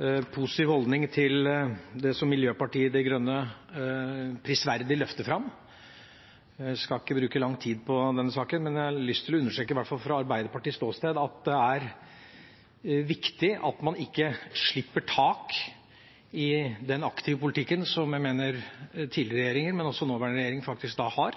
en positiv holdning til det som Miljøpartiet De Grønne prisverdig løfter fram. Jeg skal ikke bruke lang tid på denne saken, men jeg har lyst til å understreke, at i hvert fall fra Arbeiderpartiets ståsted, er det viktig at man ikke slipper tak i den aktive politikken som jeg mener tidligere regjeringer har hatt, og også nåværende regjering faktisk har,